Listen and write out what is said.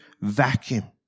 vacuum